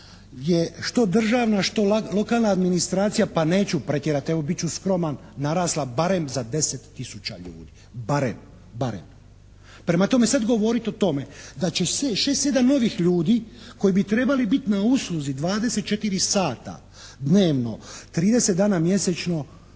je što državna, što lokalna administracija, pa neću pretjerati, evo bit ću skroman, narasla barem za 10 tisuća ljudi. Barem. Prema tome sada govoriti o tome da će 6-7 novih ljudi koji bi trebali biti na usluzi 24 sata dnevno 30 dana mjesečno